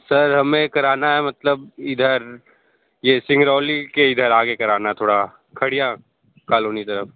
sir हमें कराना है मतलब इधर ये सिंगरौली के इधर आगे कराना है थोड़ा खड़ीया कालोनी तरफ